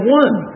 one